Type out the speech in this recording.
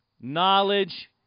knowledge